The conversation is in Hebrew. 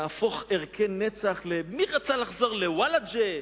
להפוך ערכי נצח ל"מי רצה לחזור לוולג'ה,